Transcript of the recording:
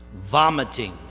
vomiting